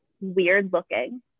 weird-looking